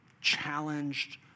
challenged